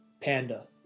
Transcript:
panda